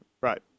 Right